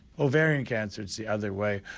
ovarian cancer it's the other way.